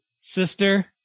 sister